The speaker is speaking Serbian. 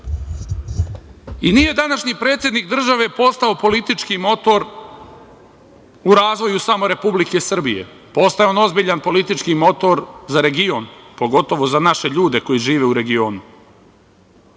Nije današnji predsednik države postao politički motor u razvoju samo Republike Srbije, postao je ozbiljan politički motor za region pogotovo za naše ljude koji žive u regionu. Pošto